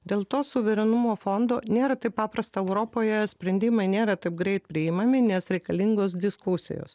dėl to suverenumo fondo nėra taip paprasta europoje sprendimai nėra taip greit priimami nes reikalingos diskusijos